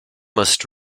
must